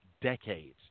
decades